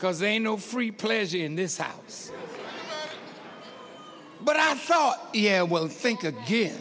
because they know free players in this house but i am so yeah well think again